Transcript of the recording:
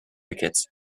advocates